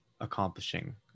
accomplishing